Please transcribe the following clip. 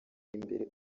imbere